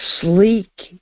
sleek